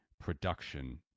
production